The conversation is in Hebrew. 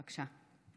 בבקשה.